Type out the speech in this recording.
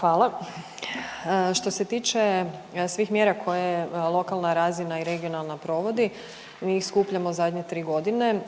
Hvala. Što se tiče svih mjera koje lokalna razina i regionalna provodi mi ih skupljamo zadnjih 3 godine